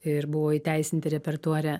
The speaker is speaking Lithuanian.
ir buvo įteisinti repertuare